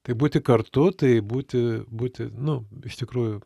tai būti kartu tai būti būti nu iš tikrųjų